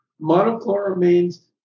monochloramines